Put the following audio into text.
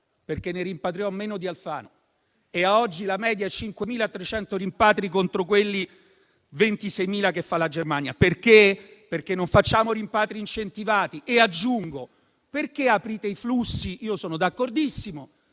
perché ne rimpatriò meno di Alfano e oggi la media è di 5.300 rimpatri contro i 26.000 della Germania, perché non facciamo rimpatri incentivati. Aggiungo, inoltre, perché aprite i flussi - io sono d'accordissimo